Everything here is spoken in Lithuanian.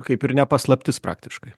kaip ir ne paslaptis praktiškai